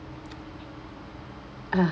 ah